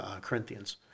Corinthians